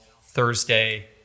Thursday